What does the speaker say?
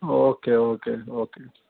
okay okay okay